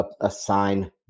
assign